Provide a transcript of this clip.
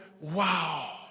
wow